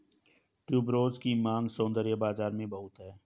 tuberose की मांग सौंदर्य बाज़ार में बहुत है